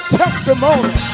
testimony